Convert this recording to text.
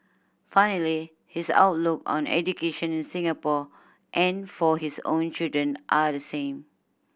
funnily his outlook on education in Singapore and for his own children are the same